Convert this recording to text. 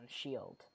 shield